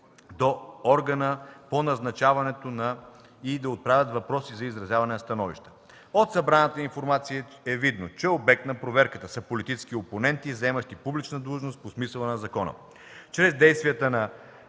до органа по назначаването и да отправят въпроси за изразяване на становища. От събраната информация е видно, че обект на проверката са политически опоненти, заемащи публична длъжност по смисъла на закона.